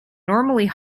normally